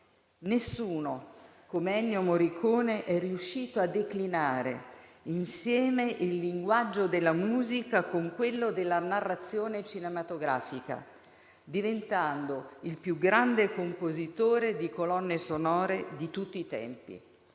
Nessuno come Ennio Morricone è riuscito a declinare insieme il linguaggio della musica con quello della narrazione cinematografica, diventando il più grande compositore di colonne sonore di tutti i tempi;